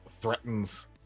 threatens